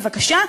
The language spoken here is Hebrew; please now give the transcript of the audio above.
בבקשה,